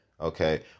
Okay